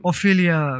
Ophelia